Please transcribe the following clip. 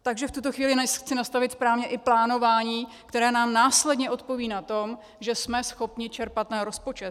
Takže v tuto chvíli chci nastavit správně i plánování, které nám následně odpoví na to, že jsme schopni čerpat rozpočet.